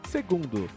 Segundo